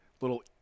little